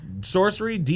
sorcery